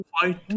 fight